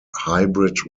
hybrid